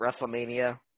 WrestleMania